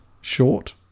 short